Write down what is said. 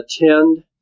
attend